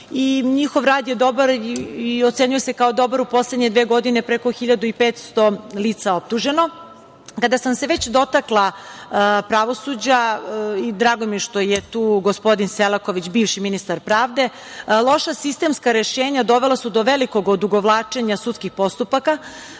njihov rad je dobar i ocenio se kao dobar u poslednje dve godine, preko 1.500 lica optuženo. Kada sam se već dotakla pravosuđa i drago mi je što je tu gospodin Selaković, bivši ministar pravde, loša sistemska rešenja dovela su do velikog odugovlačenja sudskih postupaka.